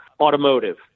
automotive